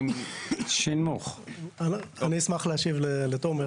אני אשמח להשיב לתומר.